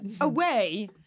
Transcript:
away